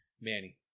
Manny